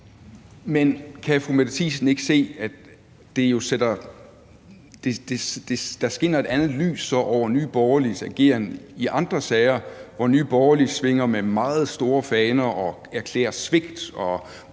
Men kan fru Mette Thiesen ikke se, at der skinner et andet lys over Nye Borgerliges ageren i andre sager, hvor Nye Borgerlige svinger med meget store faner og erklærer svigt og siger,